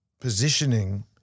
positioning